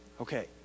Okay